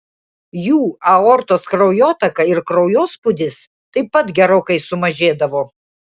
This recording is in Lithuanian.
jų aortos kraujotaka ir kraujospūdis taip pat gerokai sumažėdavo